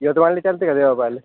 यवतमाळला चलते का देव्या पाह्यला